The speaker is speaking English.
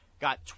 got